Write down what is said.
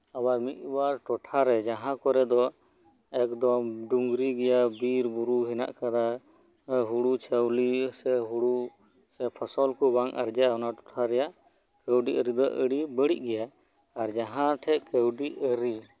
ᱟᱵᱟᱨ ᱢᱤᱜ ᱵᱟᱨ ᱴᱚᱴᱷᱟ ᱨᱮ ᱡᱟᱦᱟᱸ ᱠᱚᱨᱮ ᱫᱚ ᱮᱠᱫᱚᱢ ᱰᱩᱝᱨᱤ ᱜᱮᱭᱟ ᱵᱤᱨ ᱵᱩᱨᱩ ᱦᱮᱱᱟᱜ ᱠᱟᱫᱟ ᱦᱩᱲᱩ ᱪᱟᱣᱞᱮ ᱥᱮ ᱦᱩᱲᱩ ᱥᱮ ᱯᱷᱚᱥᱚᱞ ᱠᱚ ᱵᱟᱝ ᱟᱨᱡᱟᱜᱼᱟ ᱚᱱᱟ ᱴᱚᱴᱷᱟ ᱨᱮᱭᱟᱜ ᱠᱟᱹᱣᱰᱤ ᱟᱨᱤ ᱫᱚ ᱟᱰᱤ ᱵᱟᱹᱲᱤᱡ ᱜᱮᱭᱟ ᱟᱨ ᱡᱟᱦᱟᱸ ᱴᱷᱮᱡ ᱠᱟᱹᱣᱰᱤ ᱟᱨᱤ